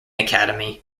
academy